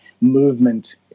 movement